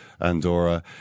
Andorra